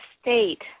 state